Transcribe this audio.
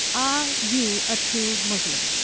are you a true muslim?